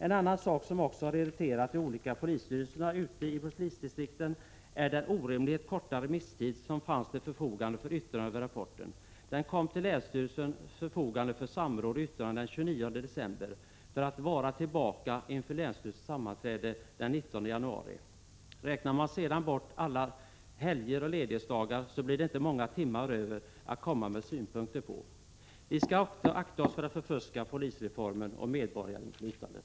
En annan sak som också har irriterat de olika polisstyrelserna ute i polisdistrikten är den orimligt korta remisstid som fanns till förfogande för yttrande över rapporten. Den kom länsstyrelsen till handa för samråd och yttrande den 29 december och skulle vara tillbaka inför länsstyrelsens sammanträde den 19 januari. Räknar man sedan bort alla helger och ledighetsdagar blir det inte många timmar över att komma med synpunkter på. Vi skall akta oss för att förfuska polisreformen och medborgarinflytandet.